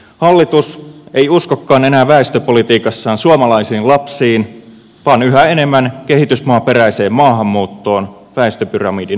hallitus ei uskokaan enää väestöpolitiikassaan suomalaisiin lapsiin vaan yhä enemmän kehitysmaaperäiseen maahanmuuttoon väestöpyramidin oikaisemiseksi